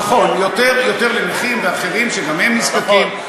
נכון, יותר לנכים ואחרים, שגם הם נזקקים.